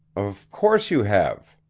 of course you have,